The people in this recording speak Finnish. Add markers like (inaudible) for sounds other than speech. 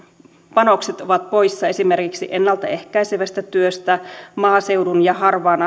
panokset ovat poissa esimerkiksi ennalta ehkäisevästä työstä maaseudun ja harvaan (unintelligible)